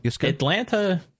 Atlanta